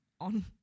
on